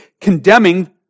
condemning